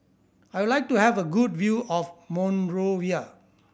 I would like to have a good view of Monrovia